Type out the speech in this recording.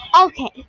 Okay